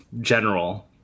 general